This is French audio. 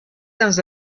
dans